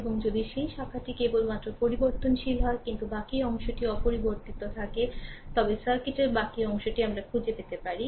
এবং যদি সেই শাখাটি কেবলমাত্র পরিবর্তনশীল হয় কিন্তু বাকি অংশটি অপরিবর্তিত থাকে তবে সার্কিটের বাকী অংশটি আমরা খুঁজে পেতে পারি